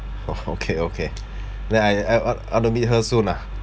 oh okay okay then I I I I want to meet her soon lah